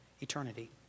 eternity